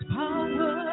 power